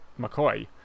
McCoy